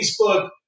Facebook